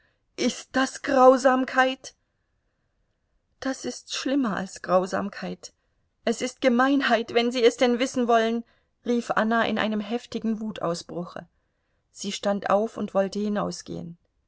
ist das grausamkeit das ist schlimmer als grausamkeit es ist gemeinheit wenn sie es denn wissen wollen rief anna in einem heftigen wutausbruche sie stand auf und wollte hinausgehen